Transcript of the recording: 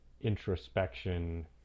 introspection